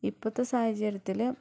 ഇപ്പോഴത്തെ സാഹചര്യത്തില്